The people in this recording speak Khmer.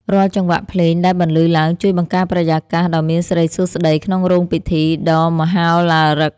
រាល់ចង្វាក់ភ្លេងដែលបន្លឺឡើង ជួយបង្កើតបរិយាកាសដ៏មានសិរីសួស្ដីក្នុងរោងពិធីដ៏មហោឡារិក។